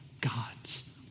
God's